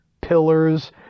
pillars